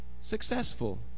successful